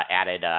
added